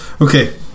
Okay